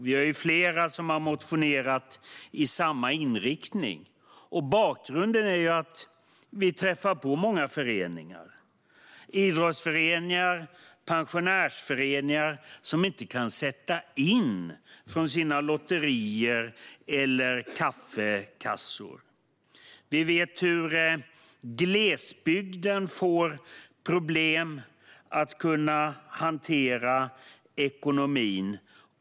Vi är flera som har motionerat med samma inriktning, och bakgrunden är att vi träffar på många föreningar, idrottsföreningar och pensionärsföreningar, som inte kan sätta in pengar från sina lotterier eller kaffekassor. Vi vet att glesbygden får problem med att kunna hantera ekonomin.